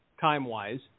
time-wise